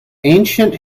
ancient